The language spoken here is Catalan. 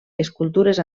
escultures